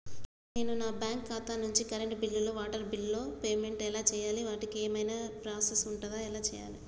నేను నా బ్యాంకు ఖాతా నుంచి కరెంట్ బిల్లో వాటర్ బిల్లో పేమెంట్ ఎలా చేయాలి? వాటికి ఏ విధమైన ప్రాసెస్ ఉంటది? ఎలా చేయాలే?